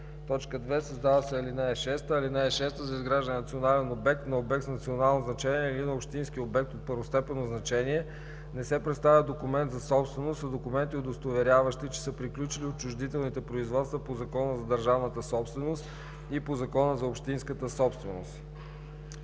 5;“ 2. Създава се ал. 6: „(6) За изграждане на национален обект, на обект с национално значение или на общински обект от първостепенно значение не се представя документ за собственост, а документи, удостоверяващи, че са приключили отчуждителните производства по Закона за държавната собственост и по Закона за общинската собственост.“